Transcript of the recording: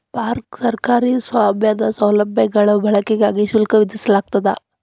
park ಸರ್ಕಾರಿ ಸ್ವಾಮ್ಯದ ಸೌಲಭ್ಯಗಳ ಬಳಕೆಗಾಗಿ ಶುಲ್ಕ ವಿಧಿಸಲಾಗ್ತದ